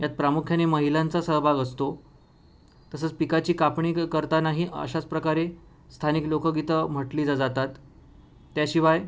त्यात प्रामुख्याने महिलांचा सहभाग असतो तसंच पिकाची कापणी क करतानाही अशाच प्रकारे स्थानिक लोकगीतं म्हटली ज जातात त्याशिवाय